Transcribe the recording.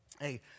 hey